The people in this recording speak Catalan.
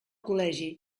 col·legi